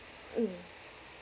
mm